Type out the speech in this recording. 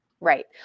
Right